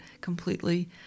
completely